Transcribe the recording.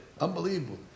Unbelievable